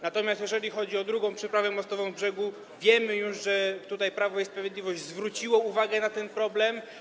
Natomiast jeżeli chodzi o drugą przeprawę mostową w Brzegu, to wiemy już, że tutaj Prawo i Sprawiedliwość zwróciło uwagę na ten problem.